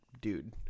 dude